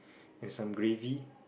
and some gravy